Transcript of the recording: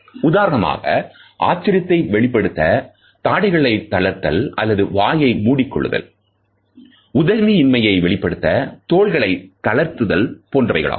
உதாரணமாக ஆச்சரியத்தை வெளிப்படுத்த தாடைகளை தளர்த்துதல் அல்லது வாயை மூடிக் கொள்ளுதல் உதவி இன்மையை வெளிப்படுத்த தோள்களை தளர்த்துதல் போன்றவைகளாகும்